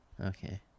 Okay